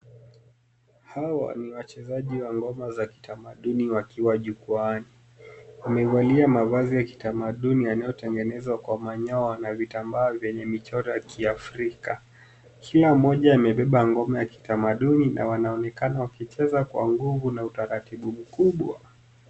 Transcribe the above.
Hawa ni wachezaji wa ngoma za kitamaduni wakiwa jukwaani. Wamevalia mavazi ya kitamaduni yanayotengenezwa kwa manyoya na vitambaa vyenye michoro vya kiafrika ikiwa mmoja amebeba ngoma ya kitamaduni na wanaonekana wakicheza kwa nguvu na utaratibu mkubwa.